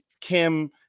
kim